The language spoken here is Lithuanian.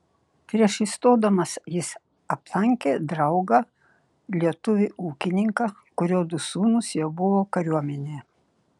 prieš įstodamas jis aplankė draugą lietuvį ūkininką kurio du sūnūs jau buvo kariuomenėje